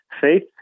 faith